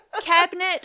Cabinet